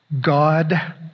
God